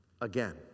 again